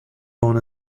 born